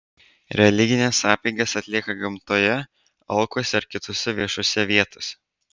religines apeigas atlieka gamtoje alkuose ar kitose viešose vietose